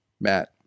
Matt